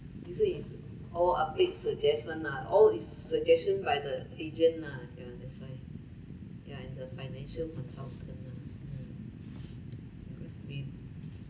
this one is all update suggests [one] lah all is suggestion by the agent lah ya that's why they are in the financial consultant lah mm because we